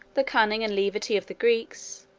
the cunning and levity of the greeks,